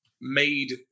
made